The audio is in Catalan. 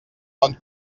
bon